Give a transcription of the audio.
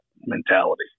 mentality